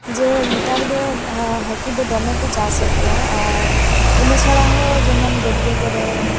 ᱡᱮ ᱱᱮᱛᱟᱨ ᱫᱚ ᱦᱟᱹᱠᱩ ᱫᱚ ᱫᱚᱢᱮ ᱠᱚ ᱪᱟᱥᱮᱫ ᱠᱚᱣᱟ ᱟᱨ ᱚᱱᱟ ᱪᱷᱟᱲᱟ ᱦᱚᱸ ᱡᱮᱢᱚᱱ ᱜᱟᱹᱰᱭᱟ ᱠᱚᱨᱮ